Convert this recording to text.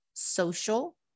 social